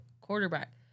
quarterback